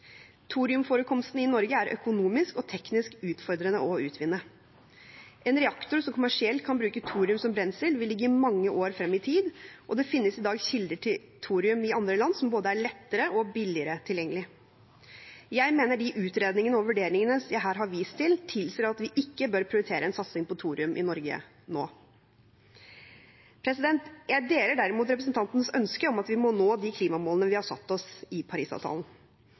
i Norge er økonomisk og teknisk utfordrende å utvinne. En reaktor som kommersielt kan bruke thorium som brensel, vil ligge mange år frem i tid, og det finnes i dag kilder til thorium i andre land som er både billigere og lettere tilgjengelig. Jeg mener de utredningene og vurderingene jeg her har vist til, tilsier at vi ikke bør prioritere en satsing på thorium i Norge nå. Jeg deler derimot representantens ønske om at vi må nå de klimamålene vi har satt oss i Parisavtalen.